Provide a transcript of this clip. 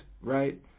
right